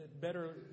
better